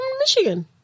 Michigan